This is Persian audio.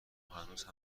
هنوزم